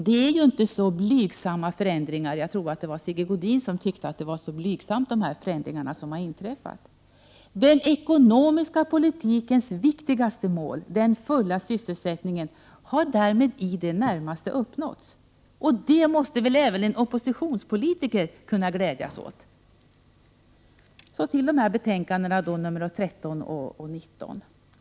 Det är inte så blygsamma förändringar. Jag tror att det var Sigge Godin som tyckte att de förändringar som har inträffat var så blygsamma. Den ekonomiska politikens viktigaste mål, den fulla sysselsättningen, har därmed i det närmaste uppnåtts. Det måste väl även en oppositionspolitiker kunna glädjas åt. Så till betänkandena nr 13 och 19.